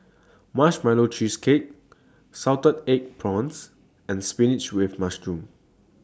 Marshmallow Cheesecake Salted Egg Prawns and Spinach with Mushroom